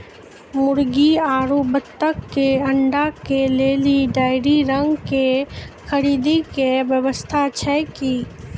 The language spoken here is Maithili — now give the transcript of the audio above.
मुर्गी आरु बत्तक के अंडा के लेली डेयरी रंग के खरीद के व्यवस्था छै कि?